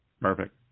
perfect